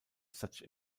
such